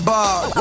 Ball